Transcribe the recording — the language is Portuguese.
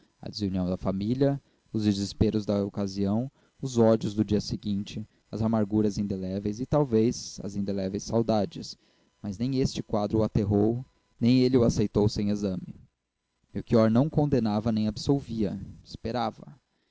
a desunião da família os desesperos da ocasião os ódios do dia seguinte as amarguras indeléveis e talvez as indeléveis saudades mas nem este quadro o aterrou nem ele o aceitou sem exame melchior não condenava nem absolvia esperava